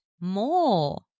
more